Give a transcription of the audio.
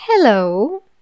Hello